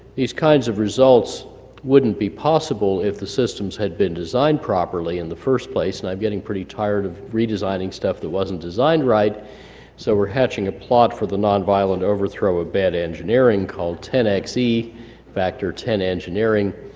these kinds of results wouldn't be possible if the systems had been designed properly in the first place, and i'm getting pretty tired of redesigning stuff that wasn't designed right so we're hatching a plot for the nonviolent overthrow of bad engineering called ten xe factor ten engineering,